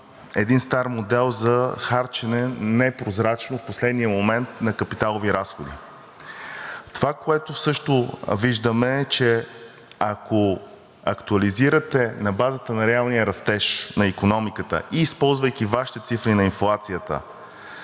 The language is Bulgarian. един стар модел за непрозрачно харчене в последния момент на капиталови разходи. Това, което също виждаме, е, че ако актуализирате данните на базата на реалния растеж на икономиката и използвайки Вашите цифри на инфлацията,